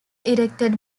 erected